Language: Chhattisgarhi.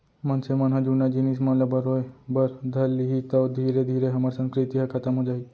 मनसे मन ह जुन्ना जिनिस मन ल बरोय बर धर लिही तौ धीरे धीरे हमर संस्कृति ह खतम हो जाही